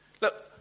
Look